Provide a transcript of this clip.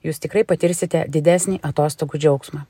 jūs tikrai patirsite didesnį atostogų džiaugsmą